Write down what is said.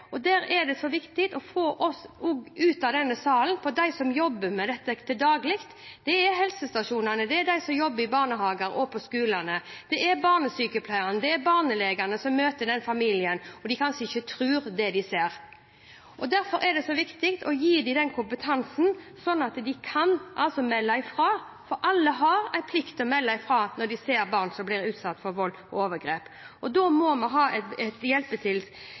viktig å få oss ut av denne salen til dem som jobber med dette til daglig. Det er helsestasjoner, de som jobber i barnehager og på skolene, barnesykepleiere og barnelegene som møter familiene og kanskje ikke tror det de ser. Derfor er det viktig å gi disse kompetanse, slik at de kan melde fra, for alle har en plikt til å melde fra når de ser barn som blir utsatt for vold og overgrep. Da må vi ha